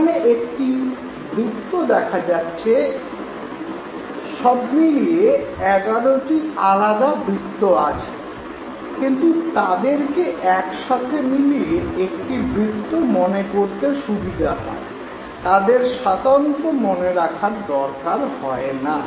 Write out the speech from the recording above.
এখানে একটি বৃত্ত দেখা যাচ্ছে সব মিলিয়ে ১১টি আলাদা বৃত্ত আছে কিন্তু তাদেরকে একসাথে মিলিয়ে একটি বৃত্ত মনে করতে সুবিধা হয় তাদের স্বাতন্ত্র মনে রাখার দরকার হয়না